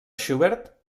schubert